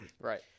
Right